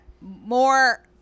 more